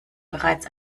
bereits